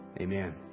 Amen